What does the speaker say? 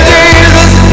Jesus